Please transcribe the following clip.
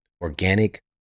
organic